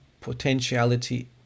potentiality